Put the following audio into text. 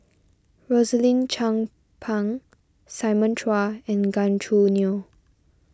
Rosaline Chan Pang Simon Chua and Gan Choo Neo